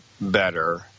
better